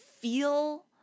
feel